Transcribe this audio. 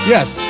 Yes